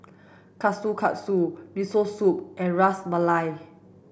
Kushikatsu Miso Soup and Ras Malai